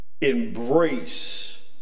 embrace